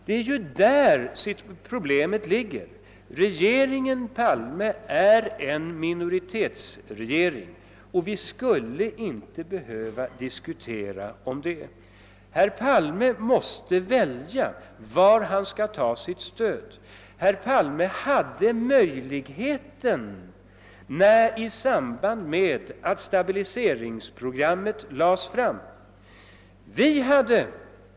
Och det är där problemet ligger. Regeringen Palme är en minoritetsregering. Vi behöver inte diskutera den saken. Herr Palme måste välja var han skall ta sitt stöd. Herr Palme hade en möjlighet i samband med att stabiliseringsprogrammet lades fram.